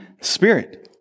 spirit